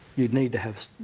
you'd need to have,